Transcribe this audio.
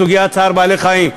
סוגיית צער בעלי-חיים,